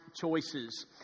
Choices